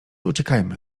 uciekajmy